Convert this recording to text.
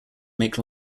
make